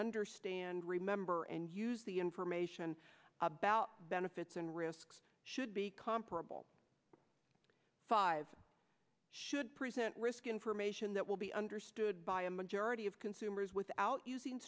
understand remember and use the information about benefits and risks should be comparable five should present risk information that will be understood by a majority of consumers without using